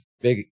big